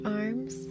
arms